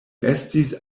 estis